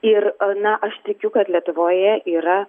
ir na aš tikiu kad lietuvoje yra